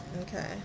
Okay